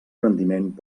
rendiment